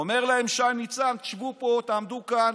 אומר להם שי ניצן: תשבו פה, תעמדו כאן,